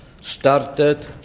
started